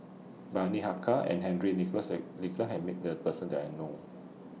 Bani Haykal and Henry Nicholas Nicholas had Met The Person that I know of